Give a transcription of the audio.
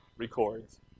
Records